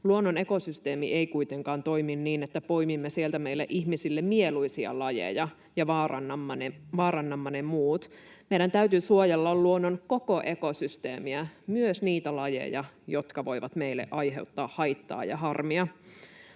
luonnon ekosysteemi ei kuitenkaan toimi niin, että poimimme sieltä meille ihmisille mieluisia lajeja ja vaarannamme ne muut. Meidän täytyy suojella luonnon koko ekosysteemiä, myös niitä lajeja, jotka voivat meille aiheuttaa haittaa ja harmia.